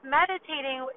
meditating